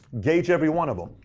gauge every one of them.